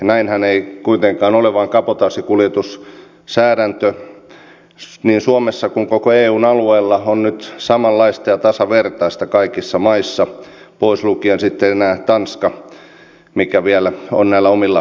näinhän ei kuitenkaan ole vaan kabotaasikuljetussäädäntö niin suomessa kuin myös koko eun alueella on nyt samanlaista ja tasavertaista kaikissa maissa pois lukien sitten enää tanska mikä vielä on näillä omilla säädöksillään mukana